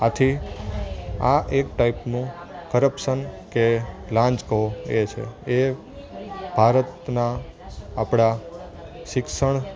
આથી આ એક ટાઇપનું કરપ્શન કે લાંચ કહો કે છે એ ભારતના આપણા શિક્ષણ